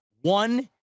One